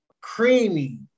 creamy